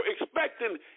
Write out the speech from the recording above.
expecting